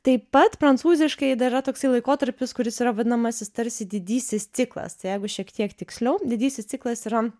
taip pat prancūziškai dar yra toksai laikotarpis kuris yra vadinamasis tarsi didysis ciklas tai jeigu šiek tiek tiksliau didysis ciklas yra